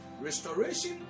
restoration